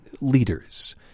leaders